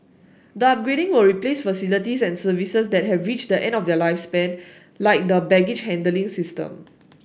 the upgrading will replace facilities and services that have reached the end of their lifespan like the baggage handling system